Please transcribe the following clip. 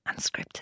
Unscripted